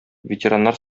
ветераннар